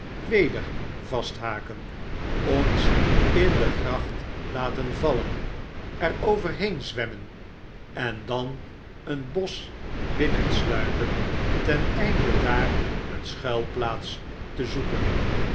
weder vasthaken ons in de gracht laten vallen er overheen zwemmen en dan een bosch binnensluipen ten einde daar een schuilplaats te zoeken